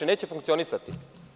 Neće funkcionisati.